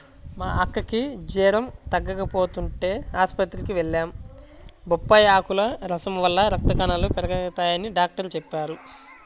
మా అక్కకి జెరం తగ్గకపోతంటే ఆస్పత్రికి వెళ్లాం, బొప్పాయ్ ఆకుల రసం వల్ల రక్త కణాలు పెరగతయ్యని డాక్టరు చెప్పారు